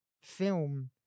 film